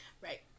Right